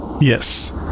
Yes